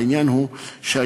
העניין הוא שהיום,